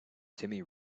timmy